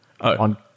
on